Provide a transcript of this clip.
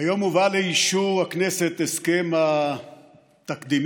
היום הובא לאישור הכנסת ההסכם התקדימי,